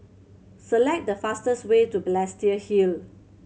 select the fastest way to Balestier Hill